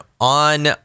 on